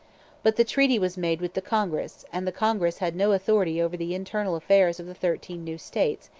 but the treaty was made with the congress and the congress had no authority over the internal affairs of the thirteen new states,